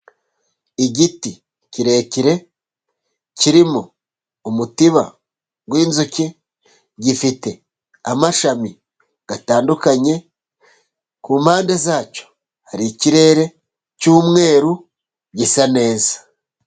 Igiti kirekire kirimo umutiba winzuki. Gifite amashami atandukanye, kumpande zacyo hari ikirere cy'umweru gisa neza.